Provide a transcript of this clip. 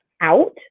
out